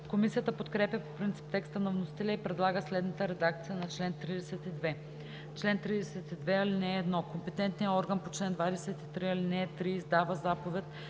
Комисията подкрепя по принцип текста на вносителя и предлага следната редакция на чл. 32: „Чл. 32 (1) Компетентният орган по чл. 23, ал. 3 издава заповед